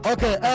Okay